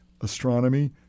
astronomy